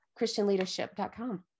christianleadership.com